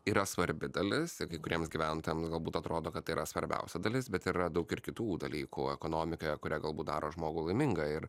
yra svarbi dalis ir kai kuriems gyventojams galbūt atrodo kad tai yra svarbiausia dalis bet yra daug ir kitų dalykų ekonomikoje kurią galbūt daro žmogų laimingą ir